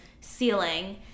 ceiling